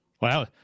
Wow